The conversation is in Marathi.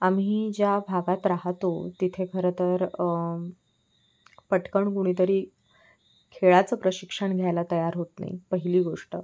आम्ही ज्या भागात राहतो तिथे खरंतर पटकन कुणीतरी खेळाचं प्रशिक्षण घ्यायला तयार होत नाही पहिली गोष्ट